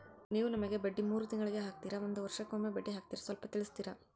ನೀವು ನಮಗೆ ಬಡ್ಡಿ ಮೂರು ತಿಂಗಳಿಗೆ ಹಾಕ್ತಿರಾ, ಒಂದ್ ವರ್ಷಕ್ಕೆ ಒಮ್ಮೆ ಬಡ್ಡಿ ಹಾಕ್ತಿರಾ ಸ್ವಲ್ಪ ತಿಳಿಸ್ತೀರ?